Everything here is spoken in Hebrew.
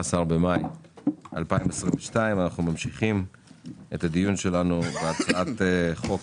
17 במאי 2022. אנחנו ממשיכים את הדיון שלנו בהצעת חוק